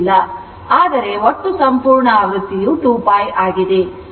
ಆದರೆ ಒಟ್ಟು ಸಂಪೂರ್ಣಆವೃತ್ತಿಯು 2π ಆಗಿದೆ